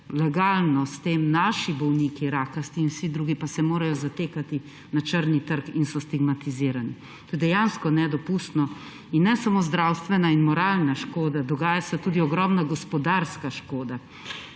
legalno s tem. Naši bolniki, rakavi in vsi drugi, pa se morajo zatekati na črni trg in so stigmatizirani. To je dejansko nedopustno. Ne samo zdravstvena in moralna škoda, dogaja se tudi ogromno gospodarska škoda.